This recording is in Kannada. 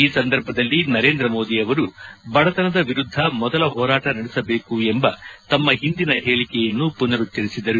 ಈ ಸಂದರ್ಭದಲ್ಲಿ ನರೇಂದ್ರ ಮೋದಿ ಅವರು ಬಡತನದ ವಿರುದ್ದ ಮೊದಲ ಹೋರಾಟ ನಡೆಸಬೇಕು ಎಂಬ ತಮ್ಮ ಹಿಂದಿನ ಹೇಳಿಕೆಯನ್ನು ಮನರುಚ್ಲರಿಸಿದರು